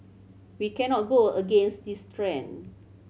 we cannot go against this trend